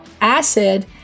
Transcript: acid